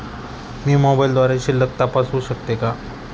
मी मोबाइलद्वारे शिल्लक तपासू शकते का?